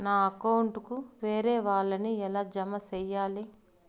నా అకౌంట్ కు వేరే వాళ్ళ ని ఎలా జామ సేయాలి?